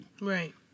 Right